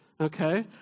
Okay